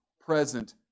present